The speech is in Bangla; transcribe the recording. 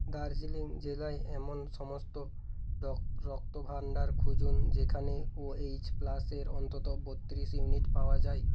দার্জিলিং জেলায় এমন সমস্ত রক্তভাণ্ডার খুঁজুন যেখানে ও এইচ প্লাসের অন্তত বত্রিশ ইউনিট পাওয়া যায়